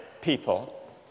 people